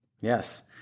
yes